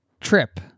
trip